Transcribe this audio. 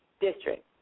District